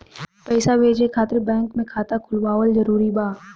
पईसा भेजे खातिर बैंक मे खाता खुलवाअल जरूरी बा?